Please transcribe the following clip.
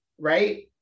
right